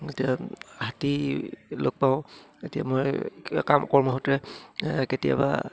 এতিয়া হাতী লগ পাওঁ এতিয়া মই কিবা কাম কৰ্মসূত্ৰে কেতিয়াবা